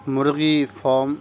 مرغی فام